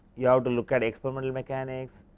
yeah ah to look at experimental mechanics,